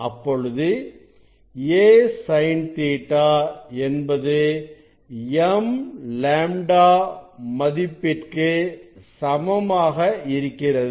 அப்பொழுது a sin Ɵ என்பது m λ மதிப்பிற்கு சமமாக இருக்கிறது